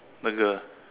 the girl